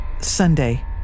Sunday